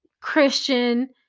Christian